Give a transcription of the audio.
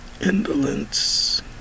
indolence